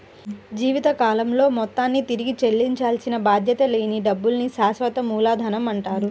జీవితకాలంలో మొత్తాన్ని తిరిగి చెల్లించాల్సిన బాధ్యత లేని డబ్బుల్ని శాశ్వత మూలధనమంటారు